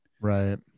Right